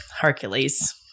Hercules